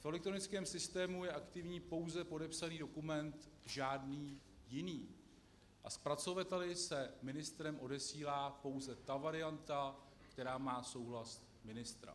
V elektronickém systému je aktivní pouze podepsaný dokument, žádný jiný, a zpracovateli se ministrem odesílá pouze ta varianta, která má souhlas ministra.